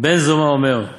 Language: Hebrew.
בן זומא אומר,